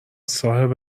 صاحب